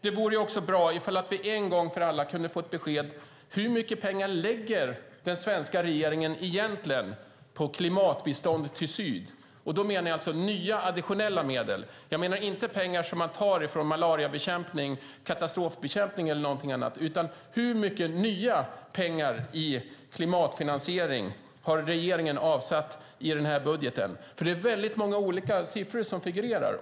Det vore bra om vi en gång för alla kunde få ett besked på hur mycket pengar den svenska regeringen egentligen lägger på klimatbistånd till syd. Då menar jag nya additionella medel. Jag menar inte pengar som tas från malariabekämpning, katastrofbekämpning eller någonting annat utan hur mycket nya pengar i klimatfinansiering som regeringen har avsatt i budgeten. Det är väldigt många olika siffror som figurerar.